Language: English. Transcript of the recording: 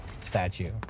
statue